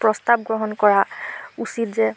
প্ৰস্তাৱ গ্ৰহণ কৰা উচিত যে